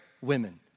women